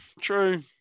True